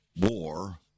war